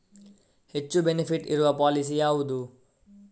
ಹೆಚ್ಚು ಬೆನಿಫಿಟ್ ಇರುವ ಪಾಲಿಸಿ ಯಾವುದು?